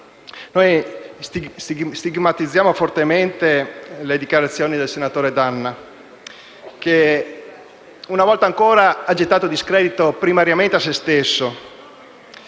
stigmatizziamo fortemente le dichiarazioni del senatore D'Anna che, una volta ancora, ha gettato discredito, primariamente su se stesso